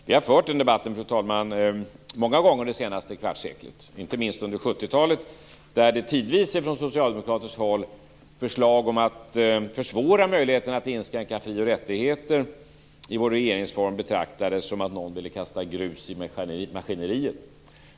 Vi har fört den debatten många gånger under det senaste kvartsseklet, inte minst under 70 talet, då man tidvis från socialdemokratiskt håll betraktade förslag om att försvåra möjligheterna att inskränka fri och rättigheter i vår regeringsform som att någon ville kasta grus i maskineriet.